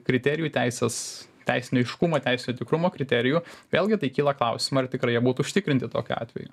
kriterijų teisės teisinį aiškumą teisių tikrumo kriterijų vėlgi tai kyla klausimų ar tikrai jie būtų užtikrinti tokiu atveju